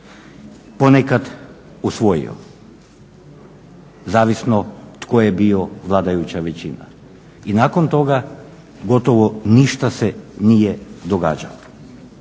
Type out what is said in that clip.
ponekad usvojio, zavisno tko je bio vladajuća većina. I nakon toga gotovo ništa se nije događalo.